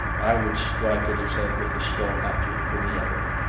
i would strike at his head with the stone hatchet from the other.